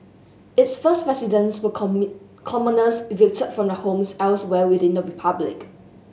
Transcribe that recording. its first residents were commoners evicted from the homes elsewhere within the republic